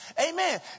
Amen